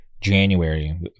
january